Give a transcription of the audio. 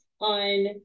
on